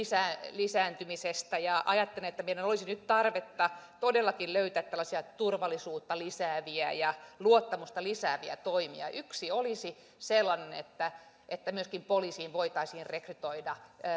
lisääntymisestä ajattelen että meillä olisi nyt tarvetta todellakin löytää tällaisia turvallisuutta lisääviä ja luottamusta lisääviä toimia yksi olisi sellainen että että myöskin poliisiin voitaisiin rekrytoida